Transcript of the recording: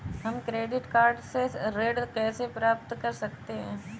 हम credit card से ऋण कैसे प्राप्त कर सकते हैं?